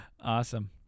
Awesome